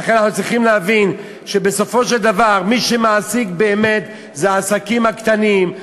לכן אנחנו צריכים להבין שבסופו של דבר מי שמעסיק באמת זה העסקים הקטנים,